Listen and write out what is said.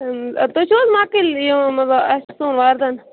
تُہۍ چھِو حَظ مۄکٕلۍ اسہِ چھُ سُوُن وردن